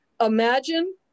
imagine